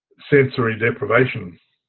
sensory deprivation